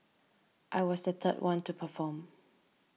I was the third one to perform